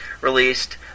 released